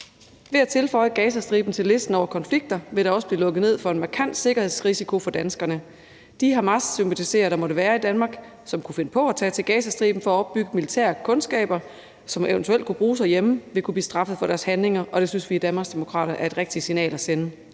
Ved at tilføje Gazastriben til listen over konfliktområder vil der også blive lukket ned for en markant sikkerhedsrisiko for danskerne. De hamassympatisører, der måtte være i Danmark, og som kunne finde på at tage til Gazastriben for at opbygge militære kundskaber, som eventuelt kunne bruges herhjemme, vil kunne blive straffet for deres handlinger, og det synes vi i Danmarksdemokraterne er et rigtigt signal at sende.